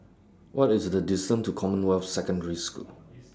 What IS The distance to Commonwealth Secondary School